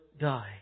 die